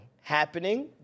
happening